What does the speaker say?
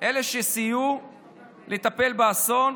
אלה שסייעו לטפל באסון,